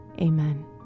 Amen